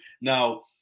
Now